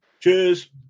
Cheers